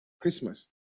Christmas